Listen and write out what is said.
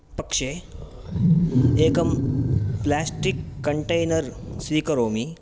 पक्षे एकं plastic container स्वीकरोमि